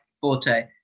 forte